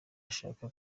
ashaka